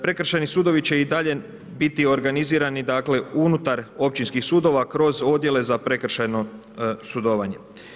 Prekršajni sudovi će i dalje biti organizirani unutar općinskih sudova kroz odjele za prekršajno sudovanje.